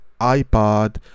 ipad